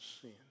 sin